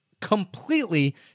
completely